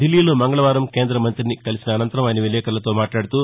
దిల్లీలో మంగళవారం కేంద మంతిని కలిసిన అనంతరం ఆయన విలేకర్లతో మాట్లాడుతూ